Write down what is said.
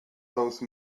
those